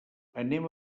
anem